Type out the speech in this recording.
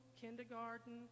kindergarten